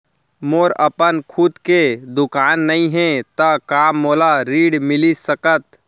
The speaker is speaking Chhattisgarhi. मोर अपन खुद के दुकान नई हे त का मोला ऋण मिलिस सकत?